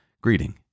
greeting